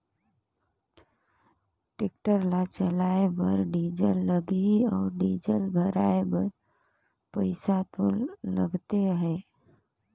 tractor ल चलाए बर डीजल लगही अउ डीजल भराए बर पइसा दो लगते अहे